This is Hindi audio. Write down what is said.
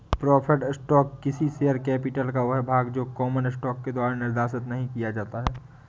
प्रेफर्ड स्टॉक किसी शेयर कैपिटल का वह भाग है जो कॉमन स्टॉक के द्वारा निर्देशित नहीं किया जाता है